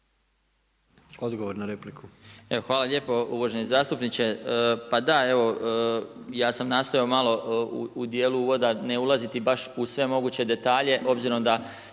Odgovor na repliku.